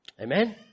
Amen